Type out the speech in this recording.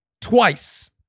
Twice